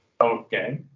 Okay